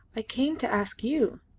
i came to ask you.